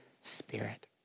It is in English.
Spirit